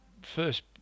first